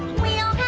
we'll